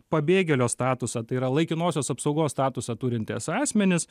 pabėgėlio statusą tai yra laikinosios apsaugos statusą turintys asmenys